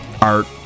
Art